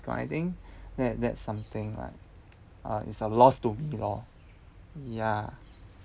gone I think that that something like uh is a loss to me lor ya